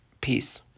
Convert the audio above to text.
Peace